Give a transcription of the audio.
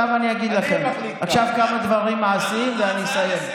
עכשיו אני אגיד לכם כמה דברים מעשיים ואני אסיים.